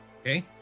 okay